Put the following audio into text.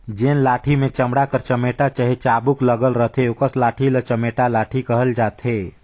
जेन लाठी मे चमड़ा कर चमेटा चहे चाबूक लगल रहथे ओकस लाठी ल चमेटा लाठी कहल जाथे